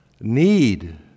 need